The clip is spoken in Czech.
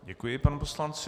Děkuji panu poslanci.